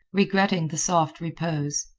regretting the soft repose.